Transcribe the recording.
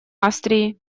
австрии